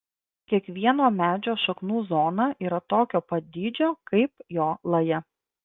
kiekvieno medžio šaknų zona yra tokio pat dydžio kaip jo laja